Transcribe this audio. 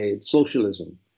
socialism